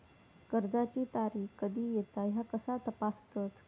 कर्जाची तारीख कधी येता ह्या कसा तपासतत?